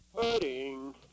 pudding